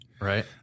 Right